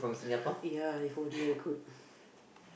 !aiya! if only I could